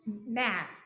matt